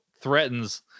threatens